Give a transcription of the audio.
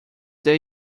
that